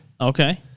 Okay